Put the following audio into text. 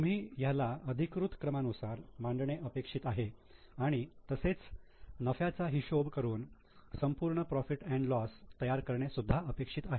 तुम्ही ह्याला अधिकृत क्रमानुसार मांडणे अपेक्षित आहे आणि तसेच नफ्याचा हिशोब करून संपूर्ण profit and loss profit loss तयार करणे सुद्धा अपेक्षित आहे